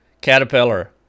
caterpillar